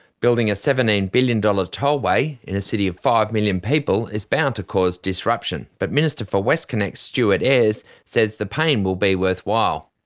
building a seventeen billion dollars tollway in a city of five million people is bound to cause disruption, but minister for westconnex, stuart ayres, says the pain will be worthwhile.